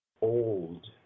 old